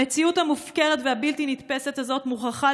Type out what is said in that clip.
המציאות המופקרת והבלתי-נתפסת הזאת מוכרחה